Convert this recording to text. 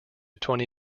twenty